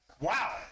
Wow